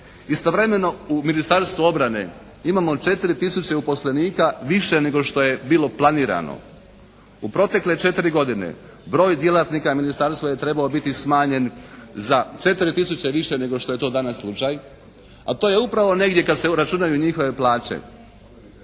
Istovremeno u Ministarstvu obrane imamo 4 tisuće uposlenika više nego što je bilo planirano. U protekle 4 godine broj djelatnika ministarstva je trebao biti smanjen za 4 tisuće više nego što je to danas slučaj, a to je upravo negdje kada se uračunaju njihove plaće